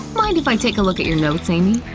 mind if i take a look at your notes, amy?